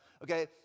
Okay